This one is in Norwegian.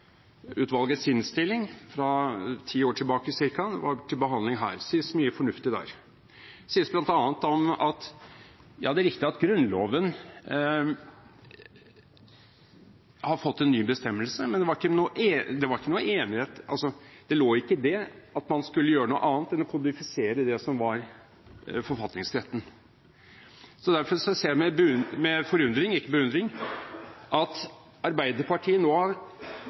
Frøiland-utvalgets innstilling, fra ca. ti år tilbake, da den var til behandling her. Det sies mye fornuftig der. Det sies bl.a. at det er riktig at Grunnloven har fått en ny bestemmelse, men det lå ikke i det at man skulle gjøre noe annet enn å kodifisere det som var forfatningsretten. Derfor ser jeg med forundring at Arbeiderpartiet i innstillingen har formet en teori om at det nå